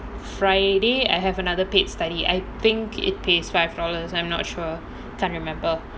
friday I have another paid study I think it pays five dollars I'm not sure can't remember